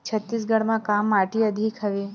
छत्तीसगढ़ म का माटी अधिक हवे?